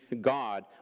God